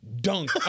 dunk